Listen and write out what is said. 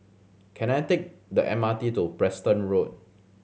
can I take the M R T to Preston Road